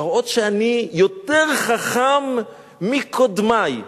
להראות שאני יותר חכם מקודמי.